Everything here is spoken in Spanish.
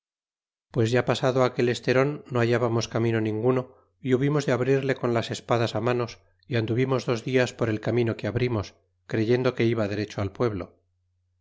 pues ya pasado aquel esteron no hallábamos camino ningimo y hubimos de abrirle con las espadas manos y anduvimos dos dias por el camino que abrimos creyendo que iba derecho al pueblo